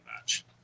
match